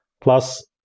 Plus